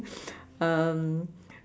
um